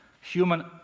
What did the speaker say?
Human